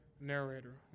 narrator